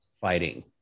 fighting